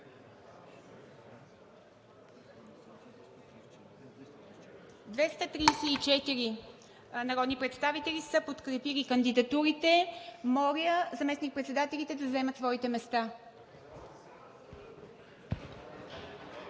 234 народни представители подкрепят кандидатурите. Моля заместник-председателите да заемат своите места.